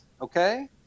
okay